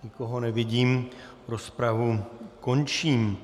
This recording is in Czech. Nikoho nevidím, rozpravu končím.